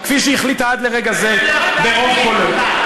כפי שהיא החליטה עד לרגע זה, ברוב קולות.